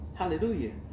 Hallelujah